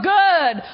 good